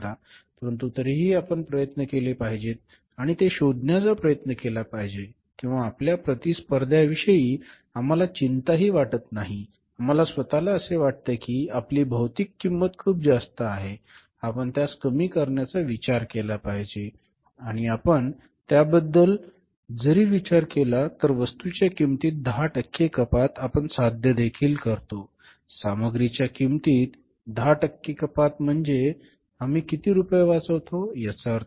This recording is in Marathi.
परंतु तरीही आपण प्रयत्न केले पाहिजेत आणि ते शोधण्याचा प्रयत्न केला पाहिजे किंवा आपल्या प्रतिस्पर्ध्यांविषयी आम्हाला चिंताही वाटत नाही आम्हाला स्वतःला असे वाटते की आपली भौतिक किंमत खूप जास्त आहे आपण त्यास कमी करण्याचा विचार केला पाहिजे आणि आपण त्याबद्दल जरी विचार केला तर वस्तूंच्या किंमतीत 10 टक्के कपात आपण साध्य देखील करतो सामग्रीच्या किंमतीत 10 टक्के कपात म्हणजे आम्ही किती रुपये वाचवितो याचा अर्थ